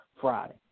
Friday